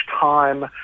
time